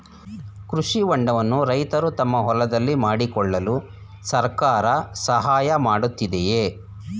ಕೃಷಿ ಹೊಂಡವನ್ನು ರೈತರು ತಮ್ಮ ಹೊಲದಲ್ಲಿ ಮಾಡಿಕೊಳ್ಳಲು ಸರ್ಕಾರ ಸಹಾಯ ಮಾಡುತ್ತಿದೆಯೇ?